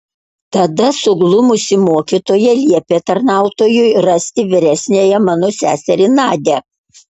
tada suglumusi mokytoja liepė tarnautojui rasti vyresniąją mano seserį nadią